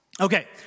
Okay